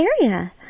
area